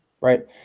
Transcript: Right